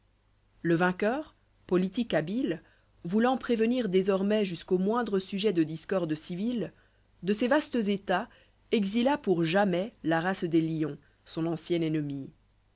le vainqueur politique habile j voulant prévenir désormais jusqu'au moindre sujet de discorde civile de ses vastes états exila pour jamais la race des lions son ancienne ennemie